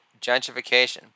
Gentrification